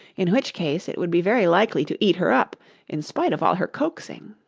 in which case it would be very likely to eat her up in spite of all her coaxing.